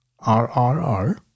RRR